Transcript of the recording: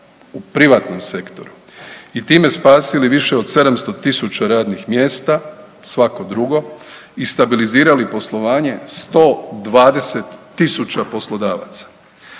u privatnom sektoru i time spasili više od 700.000 radnih mjesta, svako drugo i stabilizirali poslovanje 120.000 poslodavaca.